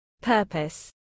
purpose